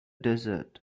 desert